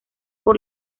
por